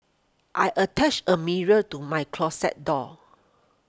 I attached a mirror to my closet door